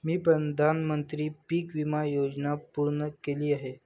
मी प्रधानमंत्री पीक विमा योजना पूर्ण केली आहे